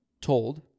told